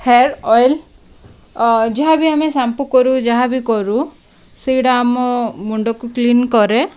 hair oil ଯାହା ବିି ଆମେ ସାମ୍ପୁ କରୁ ଯାହା ବିି କରୁ ସେଇଟା ଆମ ମୁଣ୍ଡକୁ କ୍ଲିନ୍ କରେ